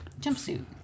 jumpsuit